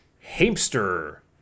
Hamster